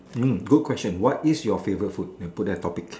eh good question what is your favourite food and put that topic